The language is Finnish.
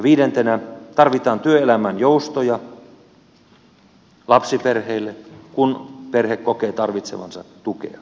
viidentenä tarvitaan työelämän joustoja lapsiperheille kun perhe kokee tarvitsevansa tukea